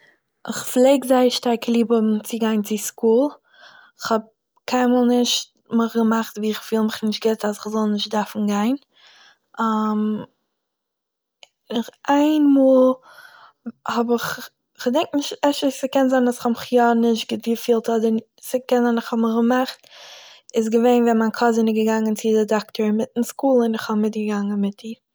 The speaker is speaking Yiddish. איך פלעג זייער שטארק ליב האבן צו גיין צו סקול, כ'האב קיינמאל נישט געמאכט ווי איך פיל מיך נישט גוט אז איך זאל נישט דארפן גיין, איך איין מאל האב איך, איך געדענק נישט, אפשר ס'קען זיין אז איך האב יא זיך נישט גוט געפילט, אדער ס'קען זיין איך האב מיך געמאכט - איז געווען ווען מיין קאזין איז געגאנגען צו דער דאקטער אינמיטן סקול און איך האב מיטגעגאנגען מיט איר